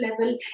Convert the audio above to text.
level